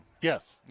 Yes